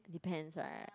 depends right